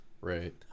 Right